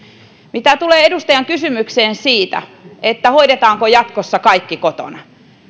mitä tulee edustajan kysymykseen siitä hoidetaanko jatkossa kaikki kotona